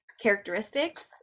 characteristics